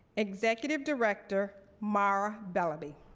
executive director mara bellaby.